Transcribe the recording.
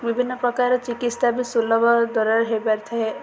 ବିଭିନ୍ନ ପ୍ରକାର ଚିକିତ୍ସା ବି ସୁଲଭ ଦରରେ ହୋଇପାରିଥାଏ